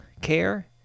care